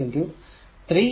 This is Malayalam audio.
3 6 pi 0